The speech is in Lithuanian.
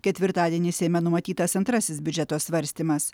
ketvirtadienį seime numatytas antrasis biudžeto svarstymas